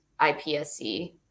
IPSC